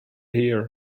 here